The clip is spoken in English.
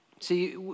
See